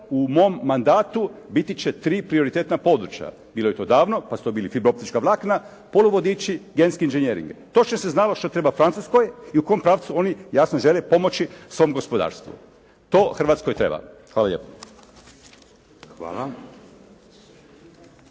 «U mom mandatu biti će tri prioritetna područja.». Bilo je to davno pa su to bili fibrooptička vlakna, poluvodiči, genski inžinjering. Točno se znalo što treba Francuskoj i u kom pravcu oni jasno žele pomoći svom gospodarstvu. To Hrvatskoj treba. Hvala lijepa.